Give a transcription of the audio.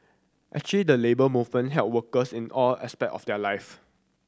actually the Labour Movement help workers in all aspect of their life